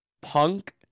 punk